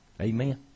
Amen